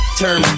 turn